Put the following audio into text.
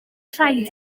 rhaid